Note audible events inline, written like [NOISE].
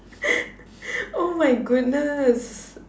[LAUGHS] oh my goodness